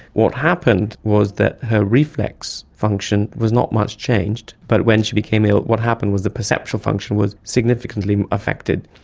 what happened was that her reflex function was not much changed, but when she became ill what happened was her perceptual function was significantly affected.